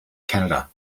canada